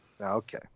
Okay